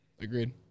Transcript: agreed